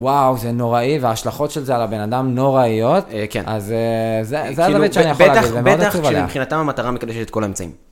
וואו, זה נוראי, וההשלכות של זה על הבן אדם נוראיות. כן. אז זה עד הבית שאני יכול להגיד, זה מאוד עצוב עליה. בטח שלמבחינתם המטרה מקדשת את כל האמצעים.